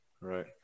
Right